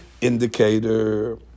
indicator